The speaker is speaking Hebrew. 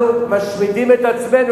אנחנו משמידים את עצמנו,